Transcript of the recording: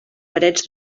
parets